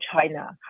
China